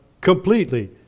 completely